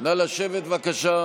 נא לשבת, בבקשה.